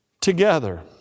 together